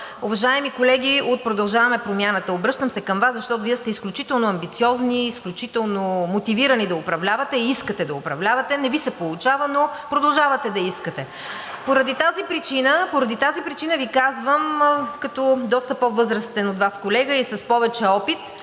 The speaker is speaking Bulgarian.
Уважаеми колеги от „Продължаваме Промяната“, обръщам се към Вас, защото Вие сте изключително амбициозни, изключително мотивирани да управлявате, искате да управлявате, не Ви се получава, но продължавате да искате. (Смях от ГЕРБ-СДС.) Поради тази причина, Ви казвам, като доста по-възрастен от вас колега, а и с повече опит,